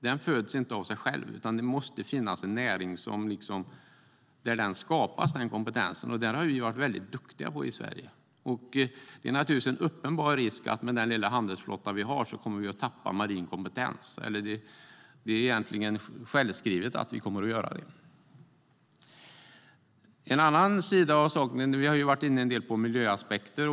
Den föds inte av sig själv, utan det måste finnas en näring där den kompetensen skapas. Där har vi varit väldigt duktiga i Sverige. Med den lilla handelsflotta vi har är det en uppenbar risk för att vi kommer att tappa marin kompetens. Det är egentligen självskrivet att vi kommer att göra det. Vi har varit inne en del på miljöaspekter.